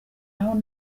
aho